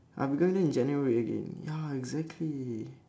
I'm going there in january again ya exactly